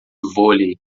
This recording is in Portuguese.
vôlei